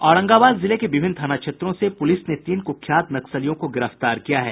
औरंगाबाद जिले के विभिन्न थाना क्षेत्रों से पूलिस ने तीन कूख्यात नक्सलियों को गिरफ्तार किया है